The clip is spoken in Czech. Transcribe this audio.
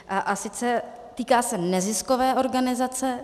A sice, týká se neziskové organizace.